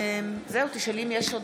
האם יש עוד